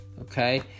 Okay